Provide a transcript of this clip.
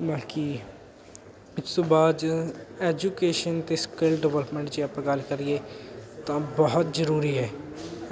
ਬਲਕਿ ਇਸ ਤੋਂ ਬਾਅਦ ਐਜੂਕੇਸ਼ਨ ਅਤੇ ਸਕਿਲਡ ਡਿਵੈਲਪਮੈਂਟ ਜੇ ਆਪਾਂ ਗੱਲ ਕਰੀਏ ਤਾਂ ਬਹੁਤ ਜ਼ਰੂਰੀ ਹੈ